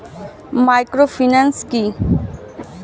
Microfinance কি?